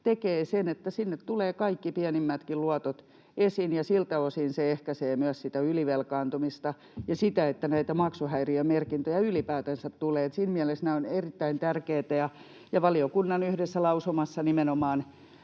tekee sen, että sinne tulevat kaikki pienimmätkin luotot esiin, ja siltä osin se ehkäisee myös sitä ylivelkaantumista ja sitä, että näitä maksuhäiriömerkintöjä ylipäätänsä tulee — siinä mielessä nämä ovat erittäin tärkeitä, ja valiokunnan yhdessä lausumassa nimenomaan